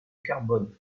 carbone